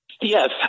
Yes